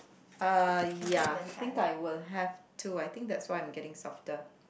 uh ya I think I will have to I think that's why I'm getting softer